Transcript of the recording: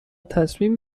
تصمیم